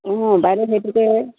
অঁ বাইদেউ সেইভাগে